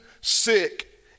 sick